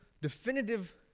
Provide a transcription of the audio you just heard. definitive